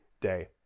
day